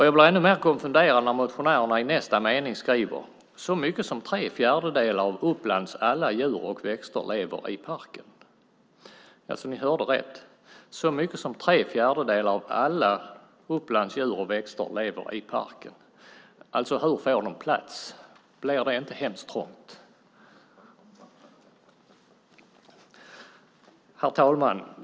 Jag blir ännu mer konfunderad när motionärerna i nästa mening skriver: "Så mycket som tre fjärdedelar av Upplands alla djur och växter lever i parken." Ja, ni hörde rätt: "Så mycket som tre fjärdedelar av Upplands alla djur och växter lever i parken." Hur får de plats? Blir det inte hemskt trångt? Herr talman!